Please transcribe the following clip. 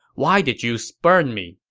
why did you spurn me?